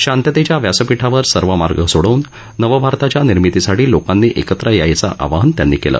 शांततेच्या व्यासपीठावर सर्व मार्ग सोडवून नवंभारताच्या निर्मितीसाठी लोकांनी एकत्र यायचं आवाहन त्यांनी केलं